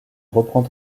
reprend